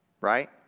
right